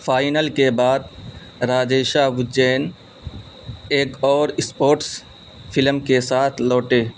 final کے بعد راجیشا وجین ایک اور اسپورٹس فلم کے ساتھ لوٹے